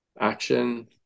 action